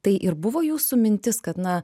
tai ir buvo jūsų mintis kad na